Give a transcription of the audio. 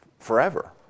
Forever